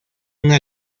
una